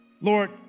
Lord